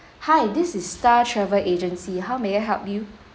hi this is star travel agency how may I help you